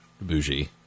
bougie